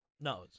no